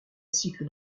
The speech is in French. cycles